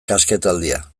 kasketaldia